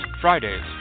Fridays